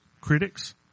critics